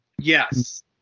yes